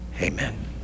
Amen